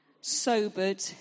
sobered